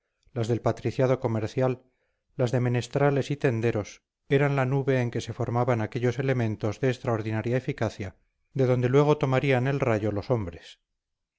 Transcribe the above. las del patriciado comercial las de menestrales y tenderos eran la nube en que se formaban aquellos elementos de extraordinaria eficacia de donde luego tomarían el rayo los hombres